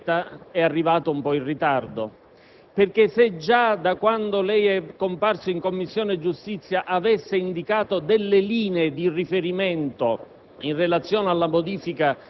però, me lo permetterà, è arrivato un po' in ritardo, perché se già da quando lei è venuto in Commissione giustizia avesse indicato delle linee di riferimento